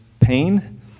pain